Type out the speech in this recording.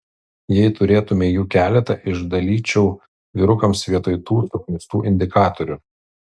jei turėtumei jų keletą išdalyčiau vyrukams vietoj tų suknistų indikatorių